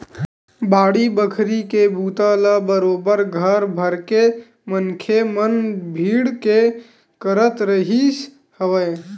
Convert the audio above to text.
बाड़ी बखरी के बूता ल बरोबर घर भरके मनखे मन भीड़ के करत रिहिस हवय